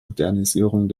modernisierung